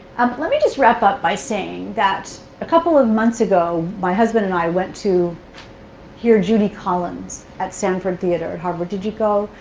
let me just wrap up by saying that a couple of months ago, my husband and i went to hear judy collins at stanford theatre at harvard. did you go?